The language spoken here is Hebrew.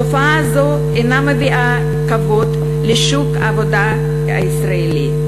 תופעה זו אינה מביאה כבוד לשוק העבודה הישראלי,